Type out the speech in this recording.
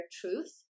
truth